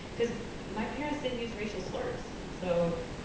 cause, my parents didn't use racial slurs, so,